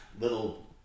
little